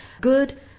good